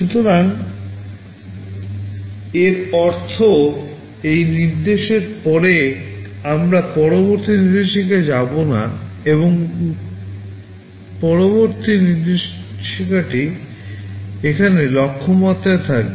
সুতরাং এর অর্থ এই নির্দেশের পরে আমরা পরবর্তী নির্দেশিকায় যাব না বরং পরবর্তী নির্দেশিকাটি এখানে লক্ষ্যমাত্রায় থাকবে